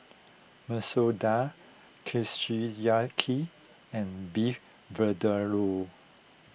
Masoor Dal and Beef Vindaloo